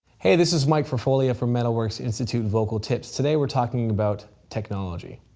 hey, this is mike ferfolia from metalworks institute vocal tips. today we're talking about technology.